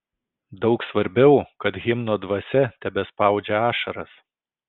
daug svarbiau kad himno dvasia tebespaudžia ašaras